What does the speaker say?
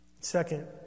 Second